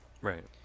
right